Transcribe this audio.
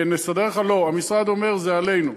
נסדר לך, לא, המשרד אומר, זה עלינו.